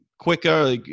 quicker